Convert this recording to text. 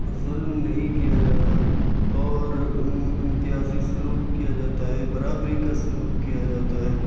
ظلم نہیں کیا جاتا اور امتیازی سلوک کیا جاتا ہے برابری کا سلوک کیا جاتا ہے